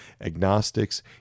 agnostics